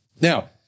Now